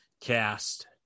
cast